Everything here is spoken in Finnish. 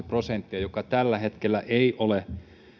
prosenttia joka tällä hetkellä ei ole